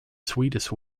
sweetest